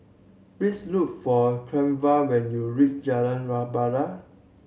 please look for Cleva when you reach Jalan Rebana